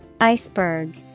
Iceberg